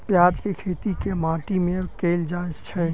प्याज केँ खेती केँ माटि मे कैल जाएँ छैय?